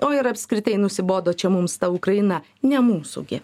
o ir apskritai nusibodo čia mums ta ukraina ne mūsų gi